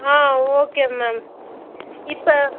ஆ okay ma'am இப்போ